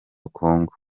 congo